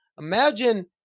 imagine